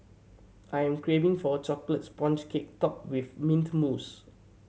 I am craving for a chocolate sponge cake topped with mint mousse